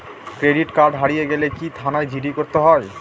Credit card হারিয়ে গেলে কি থানায় জি.ডি করতে হয়?